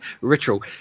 ritual